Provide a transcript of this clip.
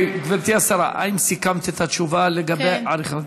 גברתי השרה, האם סיכמת את התשובה לגבי עריכת דין?